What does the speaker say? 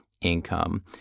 income